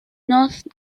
north